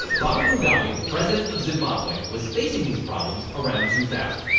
robert mugabe, the president of zimbabwe, was facing these problems around two thousand.